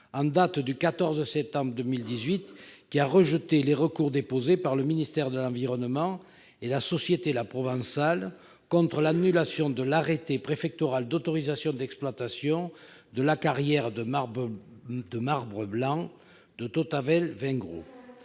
d'appel de Marseille a rejeté les recours déposés par le ministère de l'environnement et par la société La Provençale contre l'annulation de l'arrêté préfectoral d'autorisation d'exploitation de la carrière de marbre blanc de Tautavel et de Vingrau.